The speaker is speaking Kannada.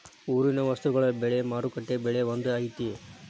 ಊರಿನ ವಸ್ತುಗಳ ಬೆಲೆ ಮಾರುಕಟ್ಟೆ ಬೆಲೆ ಒಂದ್ ಐತಿ?